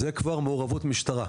זה כבר מעורבות משטרה.